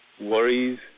worries